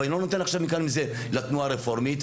ואני לא נותן מזה לתנועה הרפורמית,